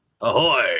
Ahoy